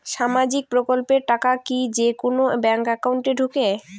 সামাজিক প্রকল্পের টাকা কি যে কুনো ব্যাংক একাউন্টে ঢুকে?